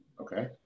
Okay